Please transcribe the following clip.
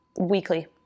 weekly